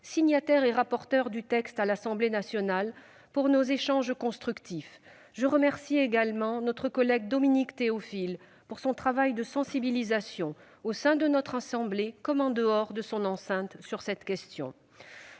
signataire et rapporteure du texte à l'Assemblée nationale, pour nos échanges constructifs. Je remercie également notre collègue Dominique Théophile pour son travail de sensibilisation, au sein de notre assemblée comme en dehors de cette enceinte, sur cette question.